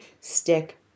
stick